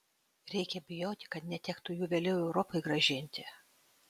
reikia bijoti kad netektų jų vėliau europai grąžinti